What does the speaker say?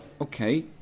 Okay